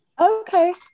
Okay